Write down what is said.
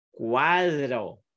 Cuadro